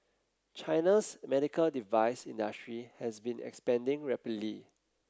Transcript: China's medical device industry has been expanding rapidly